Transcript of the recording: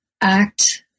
act